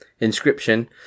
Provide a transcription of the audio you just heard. inscription